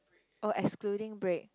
oh excluding break